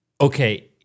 okay